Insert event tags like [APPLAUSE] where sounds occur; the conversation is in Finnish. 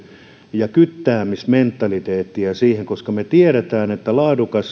ja kyttäämismentaliteettia siihen koska me tiedämme että laadukkaat [UNINTELLIGIBLE]